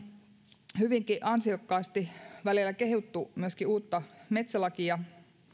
keskustelussa on hyvinkin ansiokkaasti välillä kehuttu myöskin uutta metsälakia